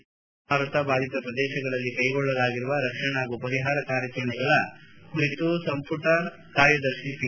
ಫೋನಿ ಚಂಡಮಾರುತ ಬಾಧಿತ ಪ್ರದೇಶಗಳಲ್ಲಿ ಕೈಗೊಳ್ಳಲಾಗಿರುವ ರಕ್ಷಣಾ ಹಾಗೂ ಪರಿಹಾರ ಕಾರ್ಯಾಚರಣೆಗಳ ಕುರಿತು ಸಂಪುಟ ಕಾರ್ಯದರ್ಶಿ ಪಿ